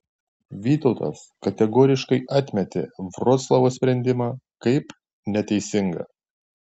vytautas kategoriškai atmetė vroclavo sprendimą kaip neteisingą